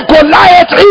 Goliath